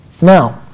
Now